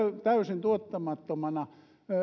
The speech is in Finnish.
täysin tuottamattomana